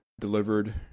delivered